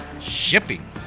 shipping